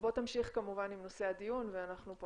בוא תמשיך כמובן עם נושא הדיון ואנחנו פה